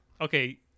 Okay